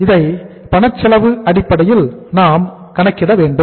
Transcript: இதை பணச்செலவு அடிப்படையில் நாம் கணக்கிட வேண்டும்